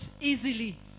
easily